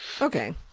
Okay